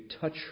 touch